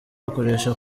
ukoresha